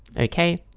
okay?